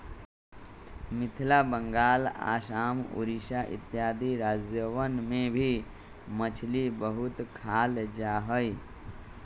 मिथिला बंगाल आसाम उड़ीसा इत्यादि राज्यवन में भी मछली बहुत खाल जाहई